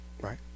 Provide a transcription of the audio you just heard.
right